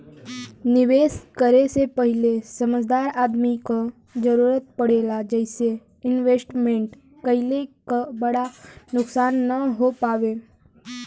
निवेश करे से पहिले समझदार आदमी क जरुरत पड़ेला जइसे इन्वेस्टमेंट कइले क बड़ा नुकसान न हो पावे